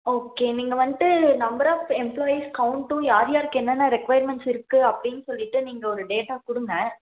okay நீங்கள் வந்துட்டு number of employees கவுண்ட்டும் யார் யார்க்கு என்னென்ன ரெக்கொயர்மண்ட்ஸ் இருக்கு அப்படின்னு சொல்லிவிட்டு நீங்கள் ஒரு டேட்டா கொடுங்க